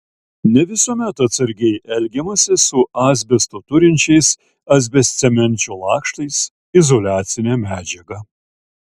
ne visuomet atsargiai elgiamasi su asbesto turinčiais asbestcemenčio lakštais izoliacine medžiaga